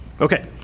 Okay